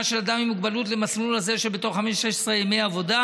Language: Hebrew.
של אדם עם מוגבלות למסלול הזה בתוך 15 16 ימי עבודה,